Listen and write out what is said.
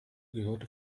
gehörte